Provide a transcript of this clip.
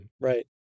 right